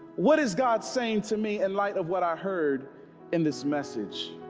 what is god saying to me in light of what i heard in this message?